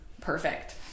Perfect